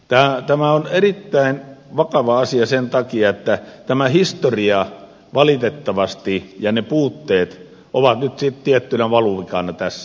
tämä on erittäin vakava asia sen takia että tämä historia valitettavasti ja ne puutteet ovat nyt sitten tiettynä valuvikana tässä